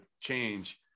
change